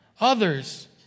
Others